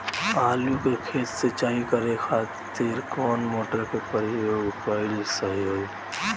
आलू के खेत सिंचाई करे के खातिर कौन मोटर के प्रयोग कएल सही होई?